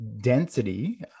density